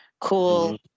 cool